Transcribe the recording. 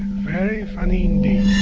very funny indeed.